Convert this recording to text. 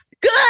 Good